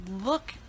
look